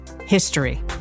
history